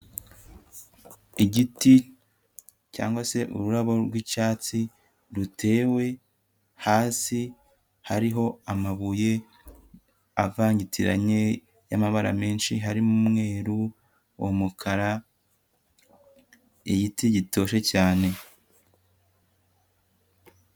Igiti cyangwa se ururabo rw'icyatsi rutewe hasi hariho amabuye avangitiranye y'amabara menshi, harimo umweru, umukara, igiti gitoshye cyane.